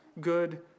good